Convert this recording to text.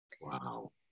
Wow